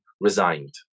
resigned